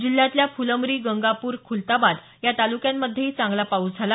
जिल्ह्यातल्या फुलंब्री गंगापूर खुताबाद या तालुक्यांमध्येही चांगला पाऊस झाला